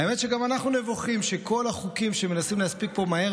האמת שגם אנחנו נבוכים שכל החוקים שמנסים להספיק פה מהר